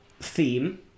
theme